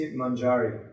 manjari